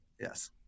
yes